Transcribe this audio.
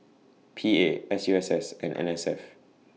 P A S U S S and N S F